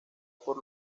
por